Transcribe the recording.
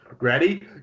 Ready